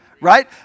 right